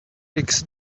takes